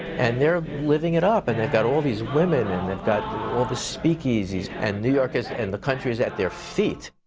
and they're living it up, and they've got all these women and they've got all the speak-easies and new york and the country is at their feet.